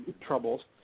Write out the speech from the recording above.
troubles